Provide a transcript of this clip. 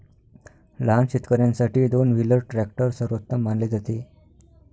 लहान शेतकर्यांसाठी दोन व्हीलर ट्रॅक्टर सर्वोत्तम मानले जाते